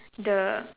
the